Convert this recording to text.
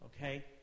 Okay